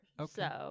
Okay